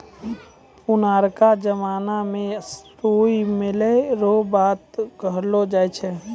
पुरनका जमाना मे रुइया मिलै रो बात कहलौ जाय छै